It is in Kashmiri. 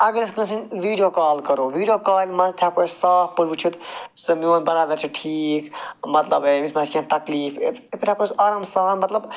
اگر أسۍ کٲنٛسہِ ہٕنٛز ویٖڈیو کال کَرو ویٖڈیو کالہِ مَنٛز تہِ ہیٚکو أسۍ صاف پٲٹھۍ وُچھِتھ سُہ میٛون برادر چھُ ٹھیٖک مَطلَب أمِس ما چھُ کیٚنٛہہ تکلیٖف یِتھٕ پٲٹھۍ ہیٚکو أسۍ آرام سان مَطلَب